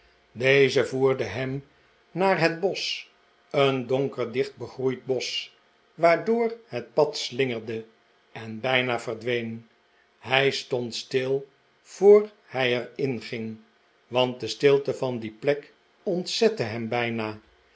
deze voerde hem naar het bosch een donker dicht begroeid bosch waardoor het pad slingerde en bijna verdween hij stond stil voor hij er in ging want de stilte van die plek ontzette hem bijna